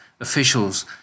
officials